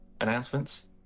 announcements